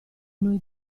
noi